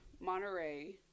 Monterey